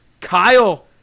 Kyle